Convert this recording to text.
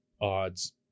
odds